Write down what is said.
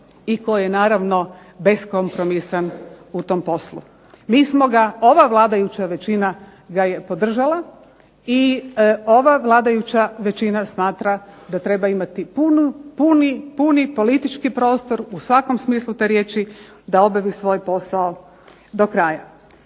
i koji je naravno beskompromisan u tom poslu. Mi smo ga, ova vladajuća većina ga je podržavala i ova vladajuća većina smatra da treba imati puni politički prostor u svakom smislu te riječi da obavi svoj posao do kraja.